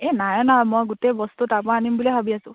এই নাই নাই মই গোটেই বস্তু তাৰপৰা আনিম বুলি ভাবি আছোঁ